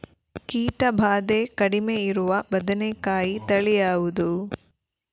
ಕೀಟ ಭಾದೆ ಕಡಿಮೆ ಇರುವ ಬದನೆಕಾಯಿ ತಳಿ ಯಾವುದು?